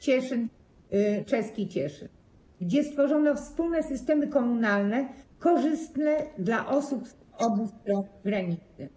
Cieszyn - czeski Cieszyn, gdzie stworzono wspólne systemy komunalne korzystne dla osób z obu stron granicy.